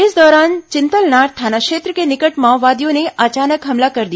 इस दौरान चिंतलनार थाना क्षेत्र के निकट माओवादियों ने अचानक हमला कर दिया